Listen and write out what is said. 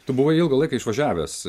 tu buvo ilgą laiką išvažiavęs